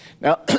Now